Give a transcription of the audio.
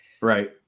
Right